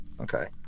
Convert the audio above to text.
Okay